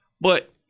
But-